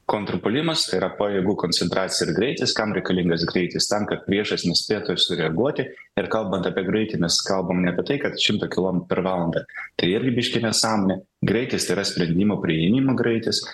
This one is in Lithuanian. kontrpuolimas tai yra pajėgų koncentracija ir greitis kam reikalingas greitis tam kad priešas nespėtų sureaguoti ir kalbant apie greitį mes kalbam ne apie tai kad šimtą kilometrų per valandą tai irgi biški nesąmonė greitis tai yra sprendimo priėmimo greitis